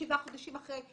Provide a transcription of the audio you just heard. שבעה חודשים אחרי,